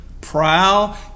Prowl